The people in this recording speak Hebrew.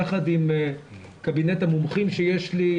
יחד עם קבינט המומחים שיש לי,